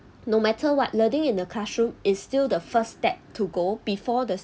no matter what learning in the classroom is still the first step to go before the